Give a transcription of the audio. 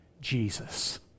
Jesus